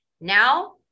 Now